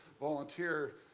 volunteer